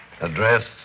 Address